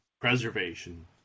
preservation